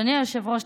אדוני היושב-ראש,